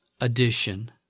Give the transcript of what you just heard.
addition